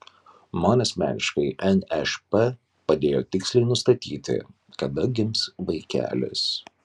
man asmeniškai nšp padėjo tiksliai nustatyti kada gims vaikelis